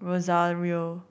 Rozario